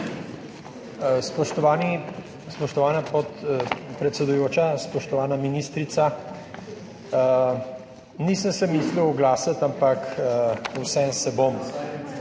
Spoštovani, spoštovana pod predsedujoča, spoštovana ministrica! Nisem se mislil oglasiti, ampak vseeno se bom.